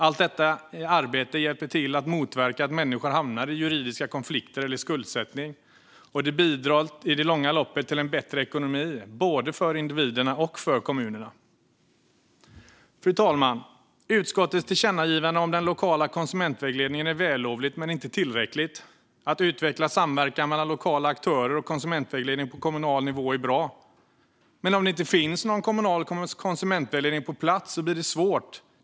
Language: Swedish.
Allt detta arbete hjälper till att motverka att människor hamnar i juridiska konflikter eller skuldsättning, och det bidrar i det långa loppet till en bättre ekonomi, både för individerna och för kommunerna. Fru talman! Utskottets tillkännagivande om den lokala konsumentvägledningen är vällovligt men inte tillräckligt. Att utveckla samverkan mellan lokala aktörer och konsumentvägledning på kommunal nivå är bra. Men om det inte finns någon kommunal konsumentvägledning på plats blir det svårt.